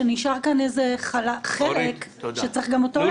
שנשאר כאן איזה חלק שצריך גם אותו להשוות?